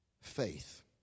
Faith